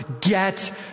get